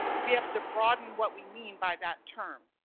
we have to broaden what we mean by that term.